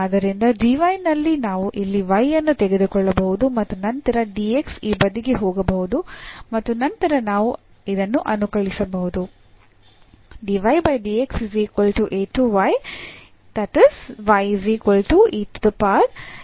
ಆದ್ದರಿಂದ dyನಲ್ಲಿ ನಾವು ಇಲ್ಲಿ y ಅನ್ನು ತೆಗೆದುಕೊಳ್ಳಬಹುದು ಮತ್ತು ನಂತರ dx ಈ ಬದಿಗೆ ಹೋಗಬಹುದು ಮತ್ತು ನಂತರ ನಾವು ಇದನ್ನು ಅನುಕಲಿಸಬಹುದು